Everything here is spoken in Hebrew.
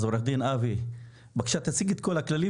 אז עורך דין אבי בבקשה תציג את כל הכללים